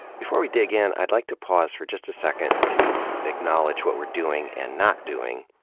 before we dig in, i'd like to pause for just a second to acknowledge what we're doing, and not doing,